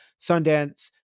Sundance